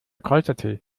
kräutertee